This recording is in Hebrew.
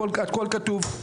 הכל כתוב.